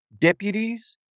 deputies